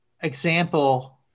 example